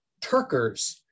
Turkers